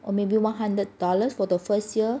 or maybe one hundred dollars for the first year